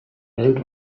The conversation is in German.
welt